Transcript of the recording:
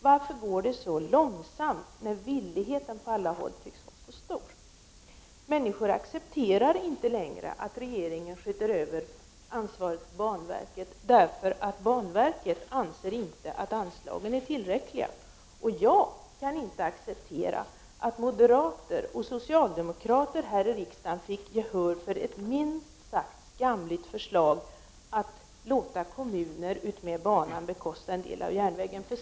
Varför går det så långsamt när villigheten på alla håll tycks vara så stor? Människor accepterar inte längre att regeringen skjuter över ansvaret på banverket, eftersom banverket inte anser att anslagen är tillräckliga. Jag kan inte acceptera att moderater och socialdemokrater har fått gehör här i kammaren för ett minst sagt skamligt förslag om att låta kommuner utmed banan bekosta en del av järnvägen.